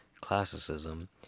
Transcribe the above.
classicism